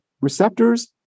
Receptors